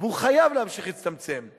והוא חייב להמשיך להצטמצם.